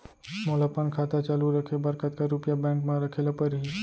मोला अपन खाता चालू रखे बर कतका रुपिया बैंक म रखे ला परही?